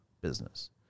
business